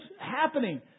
happening